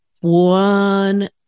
One